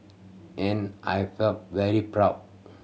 and I felt very proud